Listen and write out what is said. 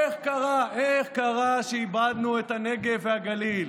איך קרה שאיבדנו את הנגב והגליל?